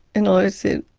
and i said,